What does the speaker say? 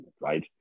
right